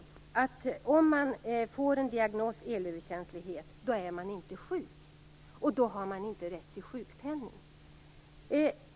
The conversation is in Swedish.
Om man får diagnosen elöverkänslighet då är man inte sjuk, och då har man inte rätt till sjukpenning.